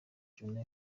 joannah